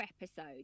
episode